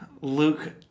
Luke